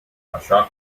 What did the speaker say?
așa